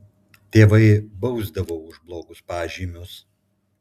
tėvai bausdavo už blogus pažymius